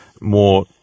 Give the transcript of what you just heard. more